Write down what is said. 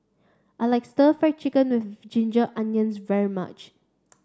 I like stir fried chicken with ginger onions very much